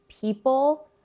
people